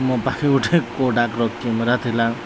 ମୋ ପାଖେ ଗୋଟେ କୋଡାକ୍ର କ୍ୟାମେରା ଥିଲା